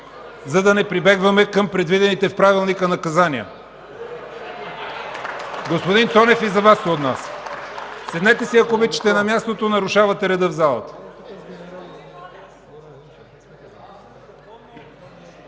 за да не прибягваме към предвидените в Правилника наказания! Господин Цонев, и за Вас се отнася! Седнете си, ако обичате на мястото! Нарушавате реда в залата!